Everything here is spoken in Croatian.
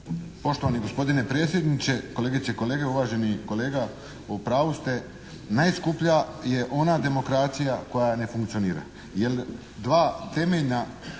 Poštovani gospodine predsjedniče, kolegice i kolege, uvaženi kolega. U pravu ste, najskuplja je ona demokracija koja ne funkcionira